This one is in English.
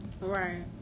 Right